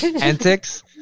Antics